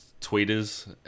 tweeters